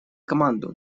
команду